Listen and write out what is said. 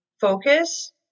focus